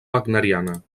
wagneriana